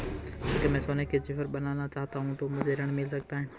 अगर मैं सोने के ज़ेवर बनाना चाहूं तो मुझे ऋण मिल सकता है?